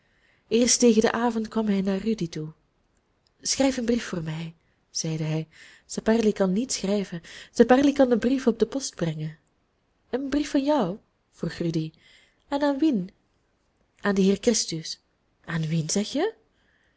eerst tegen den avond kwam hij naar rudy toe schrijf een brief voor mij zeide hij saperli kan niet schrijven saperli kan den brief op de post brengen een brief van jou vroeg rudy en aan wien aan den heer christus aan wien zeg je